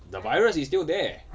the virus is still there